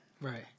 Right